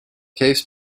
case